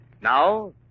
Now